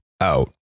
out